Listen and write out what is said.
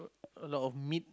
a lot of meat